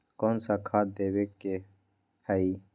कोन सा खाद देवे के हई?